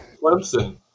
Clemson